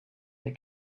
they